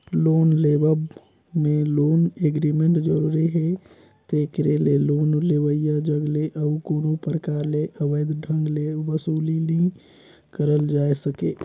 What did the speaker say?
loan लेवब में loan agreement जरूरी हे तेकरे ले लोन लेवइया जग ले अउ कोनो परकार ले अवैध ढंग ले बसूली नी करल जाए सके